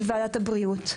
בוועדת הבריאות.